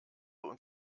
und